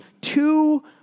two